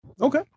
Okay